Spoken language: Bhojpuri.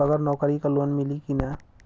बगर नौकरी क लोन मिली कि ना?